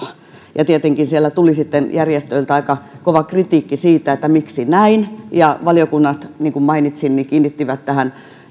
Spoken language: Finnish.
tietenkin siellä tuli sitten järjestöiltä aika kova kritiikki siitä että miksi näin ja valiokunnat niin kuin mainitsin kiinnittivät tähän